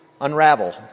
unravel